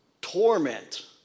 torment